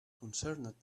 concerned